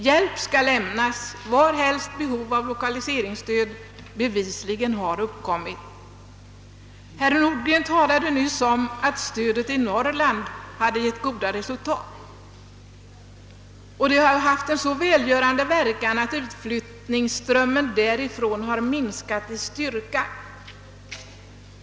Hjälp skall lämnas varhelst behov av lokaliseringsstöd bevisligen har uppkommit. Herr Nordgren talade nyss om att stödet i Norrland hade givit goda resultat. Det har haft en så välgörande verkan att utflyttningsströmmen där har minskat i styrka.